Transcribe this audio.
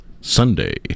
Sunday